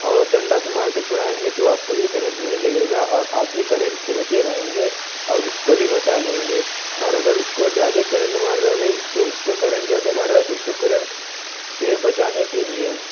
और डंडा से मार कर छुड़ाएंगे तो आपको भी करेंट नहीं लगेगा और आप भी करेंट से बचे रहेंगे और उसको भी बचा लेंगे और अगर उसको ज़्यादे करेंट मार रहा है भई तो उसको करेंट ज़्यादे मार रहा है तो उसको करंट से बचाने के लिए